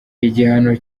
igihano